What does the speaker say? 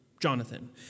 Jonathan